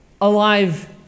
alive